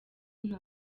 nta